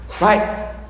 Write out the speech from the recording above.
Right